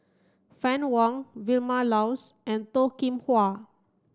Fann Wong Vilma Laus and Toh Kim Hwa